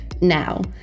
Now